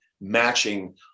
matching